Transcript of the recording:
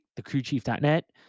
thecrewchief.net